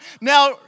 Now